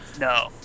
No